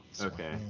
okay